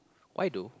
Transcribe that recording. why though